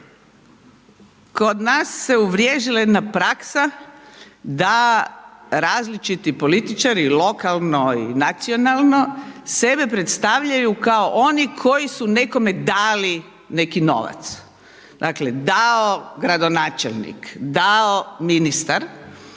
kod nas se uvriježila jedna praksa da različiti političari lokalnoj nacionalno sebe predstavljaju kao oni koji su nekome dali neki novac, dakle, dao gradonačelnik, dao ministar,